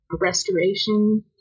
restoration